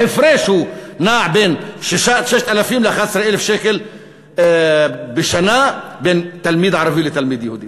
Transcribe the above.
ההפרש נע בין 6,000 ל-11,000 שקל בשנה בין תלמיד ערבי לתלמיד יהודי.